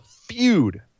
feud